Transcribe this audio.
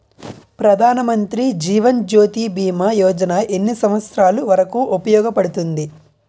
ప్రధాన్ మంత్రి జీవన్ జ్యోతి భీమా యోజన ఎన్ని సంవత్సారాలు వరకు ఉపయోగపడుతుంది?